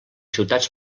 ciutats